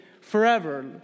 forever